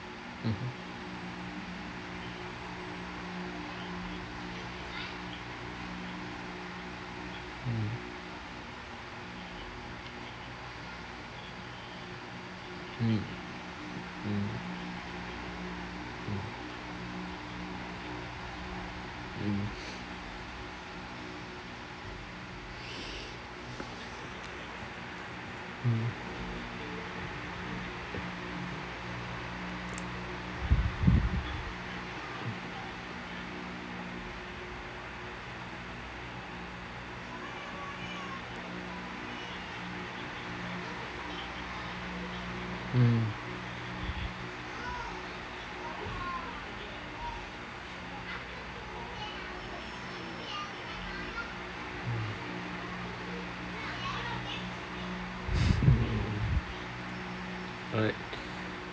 mmhmm mm mm mm mm mm mm mm alright